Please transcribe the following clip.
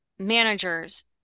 managers